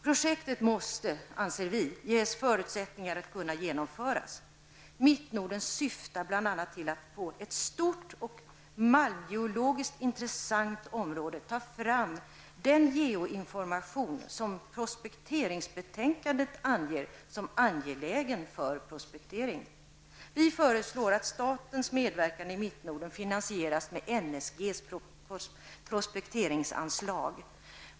Projektet måste, anser vi, ges förutsättningar att genomföras. Mittnorden syftar bl.a. till att på ett stort och malmgeologiskt instressant område ta fram den geoinformation som prospekteringsbetänkandet anger som angelägen för prospektering. Vi föreslår att statens medverkan i Mittnorden finansieras med NSGs prospekteringsanslag.